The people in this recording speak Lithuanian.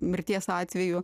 mirties atveju